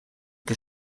que